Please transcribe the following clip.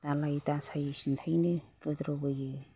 दालाय दासाय सिन्थायनो बुद्रुबोयो